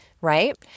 right